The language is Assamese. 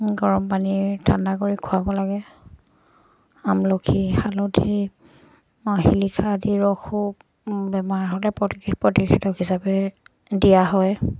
গৰম পানীৰ ঠাণ্ডা কৰি খুৱাব লাগে আমলখি হালধি শিলিখা আদি ৰসো বেমাৰ হ'লে প্ৰতি প্ৰতিষেধক হিচাপে দিয়া হয়